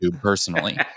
personally